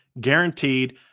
guaranteed